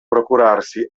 procurarsi